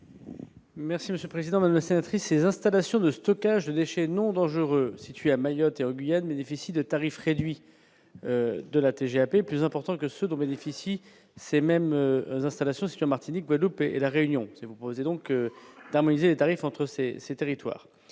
Merci Monsieur président laisser entrer ses installations de stockage de déchets non dangereux situé à Mayotte éoliennes nécessite des tarifs réduits. De la TGAP plus importants que ceux dont bénéficient ces mêmes installations, ce qui en Martinique, Guadeloupe et la Réunion et vous posez donc d'harmoniser les tarifs entre ces ces territoires,